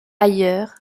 ailleurs